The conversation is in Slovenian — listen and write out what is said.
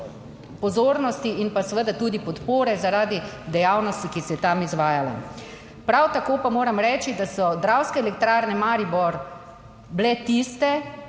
pozornosti in pa seveda tudi podpore zaradi dejavnosti, ki se je tam izvajala. Prav tako pa moram reči, da so Dravske elektrarne Maribor bile tiste,